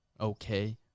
okay